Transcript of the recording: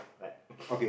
like